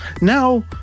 Now